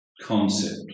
concept